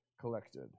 collected